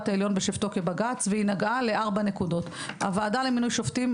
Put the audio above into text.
העליון בשבתו כבג"ץ והיא נגעה לארבע נקודות: הוועדה למינוי שופטים,